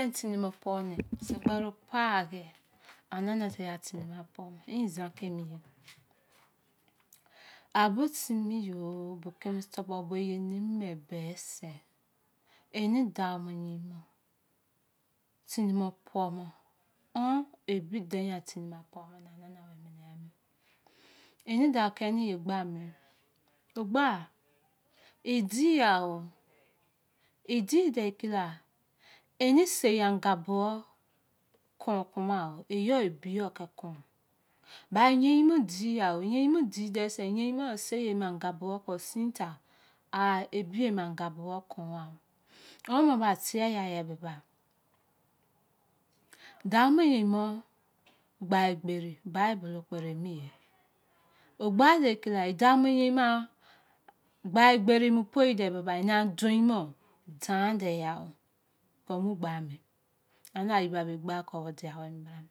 a bo timi o keme tubor be eye nunine be se, eni dall mo yein mo tini mo po mo, on ebidein tini mo po mo ne enana were mi tini mo po mo. eni dau keni ye gba ne, o' gba! L diya o! Ldide kera eni sei-gha anga buwor kon koma-gho. eyo bi yo ke kon. Ba yan mo diya o, yein mo dide semo, yán mo sei anga buwor kon sin ta, a ebiye mo anga nuwor ke kon agho. ome ba tie yai ya beba, dau mo yein mo, gba egberi bible kpe ne emiye o! Gba le kira e dau mo yein mo gba egberi poi de beba, ena dein mo tan de-agho ko mu gbame! A na ayiba bai gba kon odiya were mi bra me.